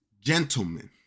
gentlemen